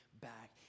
back